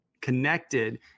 connected